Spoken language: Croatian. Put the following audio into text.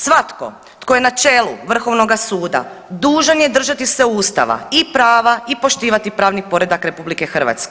Svatko tko je na čelu Vrhovnog suda dužan je držati se Ustava i prava i poštovati pravni poreda RH.